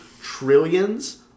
trillions